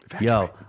Yo